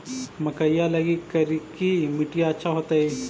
मकईया लगी करिकी मिट्टियां अच्छा होतई